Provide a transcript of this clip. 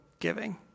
giving